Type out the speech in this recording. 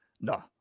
No